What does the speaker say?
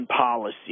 policy